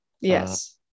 Yes